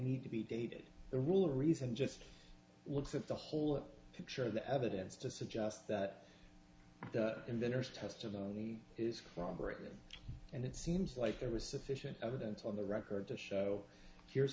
need to be dated the rule reason just looks at the whole picture of the evidence to suggest that the inventors testimony is corroborated and it seems like there was sufficient evidence on the record to show here's